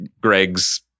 Greg's